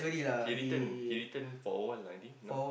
he return he return for awhile I think now